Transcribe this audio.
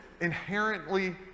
inherently